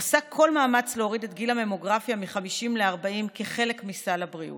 עושה כל מאמץ להוריד את גיל הממוגרפיה מ-50 ל-40 כחלק מסל הבריאות.